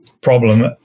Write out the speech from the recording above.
problem